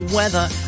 weather